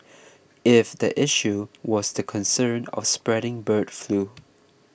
if the issue was the concern of spreading bird flu